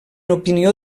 opinió